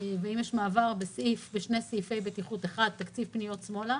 ואם יש מעבר בשני סעיפי בטיחות: אחד תקציב פניות שמאלה,